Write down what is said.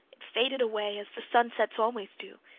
it faded away, as the sunsets always do,